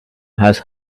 has